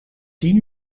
tien